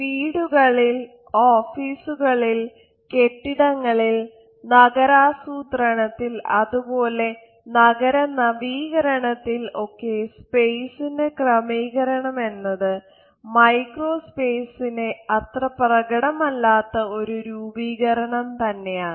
വീടുകളിൽ ഓഫീസുകളിൽ കെട്ടിടങ്ങളിൽ നഗരാസൂത്രണത്തിൽ അത് പോലെ നഗര നവീകരണത്തിൽ ഒക്കെ സ്പേസിന്റെ ക്രമീകരണം എന്നത് മൈക്രോ സ്പേസിന്റെ അത്ര പ്രകടമല്ലാത്ത ഒരു രൂപീകരണം തന്നെയാണ്